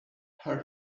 hull